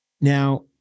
Now